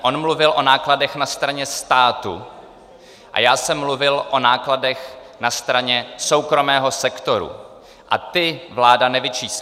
On mluvil o nákladech na straně státu a já jsem mluvil o nákladech na straně soukromého sektoru a ty vláda nevyčíslila.